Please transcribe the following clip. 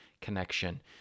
connection